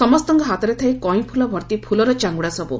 ସମସ୍ତଙ୍କ ହାତରେ ଥାଏ କଇଁଫୁଲ ଭର୍ତି ଫୁଲର ଚାଙ୍ଗୁଡା ସବୁ